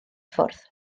ffwrdd